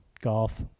Golf